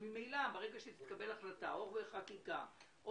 ממילא ברגע שתתקבל החלטה בחקיקה או